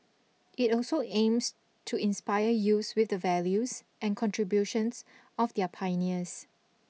it also aims to inspire youths with the values and contributions of their pioneers